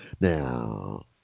Now